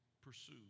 pursue